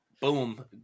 Boom